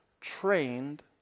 trained